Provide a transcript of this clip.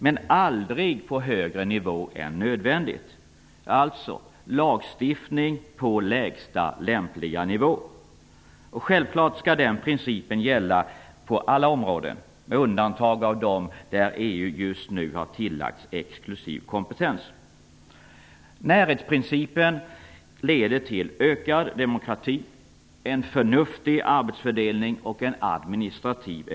Men det skall aldrig ske på högre nivå än nödvändigt. Alltså, lagstiftning på lägsta lämpliga nivå. Självfallet skall den principen gälla på alla områden med undantag för dem där EU just nu har tillagts exklusiv kompetens. Närhetsprincipen leder till ökad demokrati, en förnuftig arbetsfördelning och en effektiv administration.